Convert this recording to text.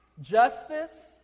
Justice